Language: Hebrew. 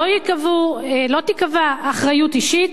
לא תיקבע אחריות אישית,